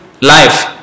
life